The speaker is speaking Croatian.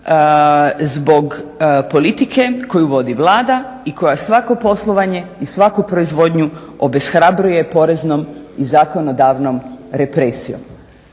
zbog politike koju vodi Vlada i koja svako poslovanje i svaku proizvodnju obeshrabruje poreznom i zakonodavnom represijom?